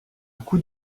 coups